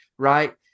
right